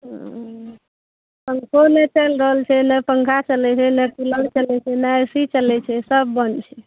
ओ पन्खो नहि चलि रहल छै नहि पन्खा चलै छै नहि कुलर चलै छै नहि ए सी चलै छै सब बन्द छै